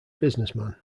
businessman